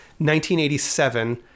1987